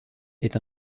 est